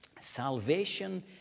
Salvation